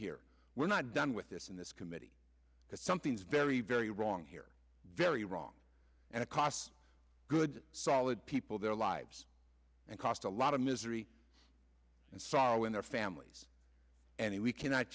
here we're not done with this in this committee that something's very very wrong here very wrong and it costs good solid people their lives and cost a lot of misery and sorrow in their families and we cannot